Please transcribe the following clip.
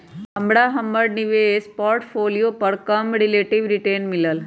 हमरा हमर निवेश पोर्टफोलियो पर कम रिलेटिव रिटर्न मिलल